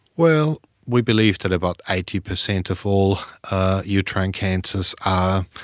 well, we believe that about eighty percent of all uterine cancers are